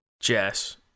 Jess